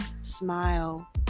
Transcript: smile